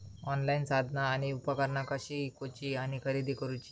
Online साधना आणि उपकरणा कशी ईकूची आणि खरेदी करुची?